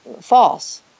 false